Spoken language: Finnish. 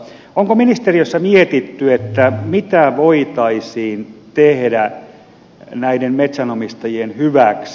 onko ministeriössä mietitty mitä voitaisiin tehdä näiden metsänomistajien hyväksi